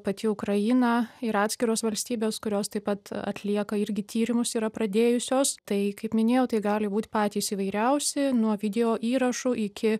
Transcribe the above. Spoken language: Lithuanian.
pati ukraina ir atskiros valstybės kurios taip pat atlieka irgi tyrimus yra pradėjusios tai kaip minėjau tai gali būt patys įvairiausi nuo videoįrašų iki